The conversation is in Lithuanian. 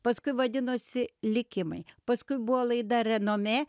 paskui vadinosi likimai paskui buvo laida renomė